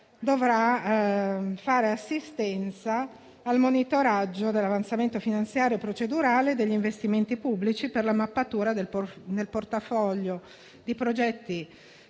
dovrà fare assistenza al monitoraggio dell'avanzamento finanziario e procedurale degli investimenti pubblici, per la mappatura del portafoglio di progetti